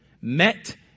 met